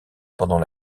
pendant